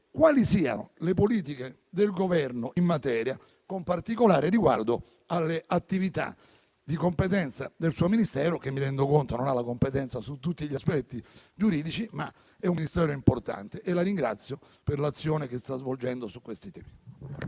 quali siano le politiche del Governo in materia, con particolare riguardo alle attività di competenza del suo Ministero che - mi rendo conto - non ha la competenza su tutti gli aspetti giuridici, ma è un Ministero importante e la ringrazio per l'azione che sta svolgendo su questi temi.